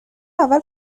اول